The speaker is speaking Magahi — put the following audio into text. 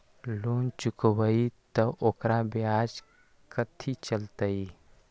लोन चुकबई त ओकर ब्याज कथि चलतई?